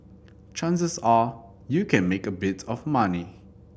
chances are you can make a bit of money